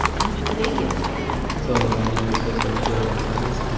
and he's the baby of the family so my name is joseventura gonzalez.